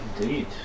Indeed